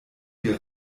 dir